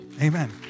Amen